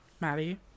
Maddie